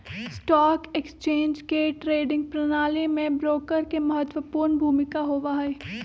stock exchange के trading प्रणाली में ब्रोकर के महत्वपूर्ण भूमिका होबा हई